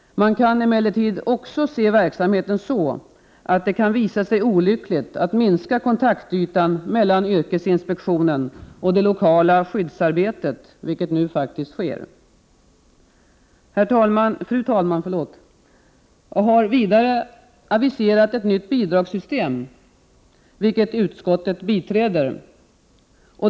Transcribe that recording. Man kan emellertid också se verksamheten så, att det kan visa sig olyckligt att minska kontaktytan mellan yrkesinspektionen och det lokala skyddsarbetet — vilket nu faktiskt sker. Fru talman! Regeringen har vidare aviserat ett nytt bidragssystem, vilket utskottet tillstyrker.